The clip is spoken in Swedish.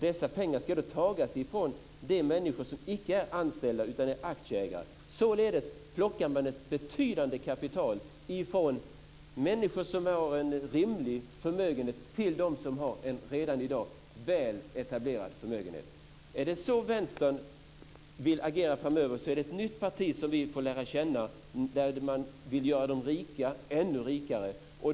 Dessa pengar ska då tas från människor som icke är anställda utan aktieägare. Således plockar man ett betydande kapital från människor som har en rimlig förmögenhet till dem som har en redan i dag väl etablerad förmögenhet. Är det så Vänstern vill agera framöver är det ett nytt parti som vi får lära känna där man vill göra de rika ännu rikare.